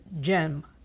Gem